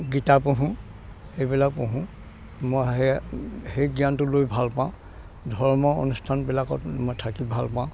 গীতা পঢ়োঁ এইবিলাক পঢ়োঁ মই সেয়া সেই জ্ঞানটো লৈ ভাল পাওঁ ধৰ্ম অনুষ্ঠানবিলাকত মই থাকি ভাল পাওঁ